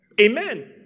Amen